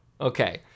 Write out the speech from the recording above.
Okay